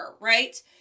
right